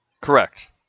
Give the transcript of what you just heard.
Correct